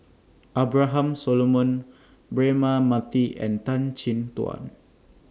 Abraham Solomon Braema Mathi and Tan Chin Tuan